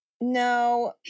No